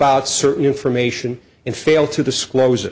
about certain information in fail to disclose